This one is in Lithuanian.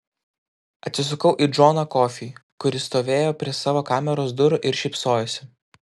atsisukau į džoną kofį kuris stovėjo prie savo kameros durų ir šypsojosi